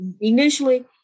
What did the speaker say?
initially